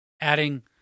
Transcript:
Adding